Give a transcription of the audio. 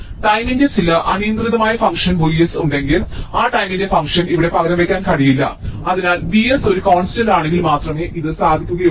ടൈമിന്റെ ചില അനിയന്ത്രിതമായ ഫംഗ്ഷൻ Vs ഉണ്ടെങ്കിൽ ആ ടൈമിന്റെ ഫംഗ്ഷൻ ഇവിടെ പകരം വയ്ക്കാൻ കഴിയില്ല അതിനാൽ Vs ഒരു കോൺസ്റ്റന്റ് ആണെങ്കിൽ മാത്രമേ ഇത് സാധിക്കുകയുള്ളു